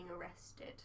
arrested